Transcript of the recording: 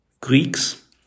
Greeks